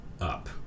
up